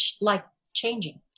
life-changing